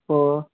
ஓ